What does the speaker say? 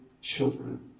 children